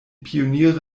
pioniere